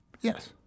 Yes